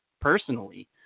personally